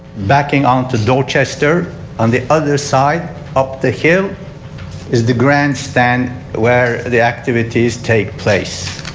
backing on to dorchester on the other side of the hill is the grandstand where the activities take place.